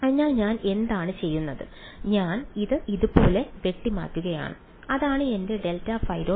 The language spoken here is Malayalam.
അതിനാൽ ഞാൻ എന്താണ് ചെയ്യുന്നത് ഞാൻ അത് ഇതുപോലെ വെട്ടിമാറ്റുകയാണ് അതാണ് എന്റെ ∇ϕ